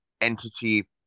entity